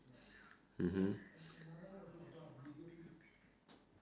mmhmm